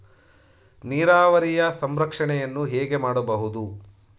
ನೀರಾವರಿಯ ಸಂರಕ್ಷಣೆಯನ್ನು ಹೇಗೆ ಮಾಡಬಹುದು?